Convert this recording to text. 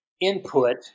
input